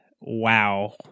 wow